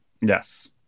Yes